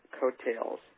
coattails